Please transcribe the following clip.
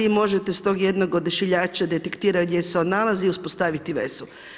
I možete s tog jednog odašiljača detektira gdje se on nalazi i uspostaviti vezu.